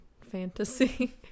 fantasy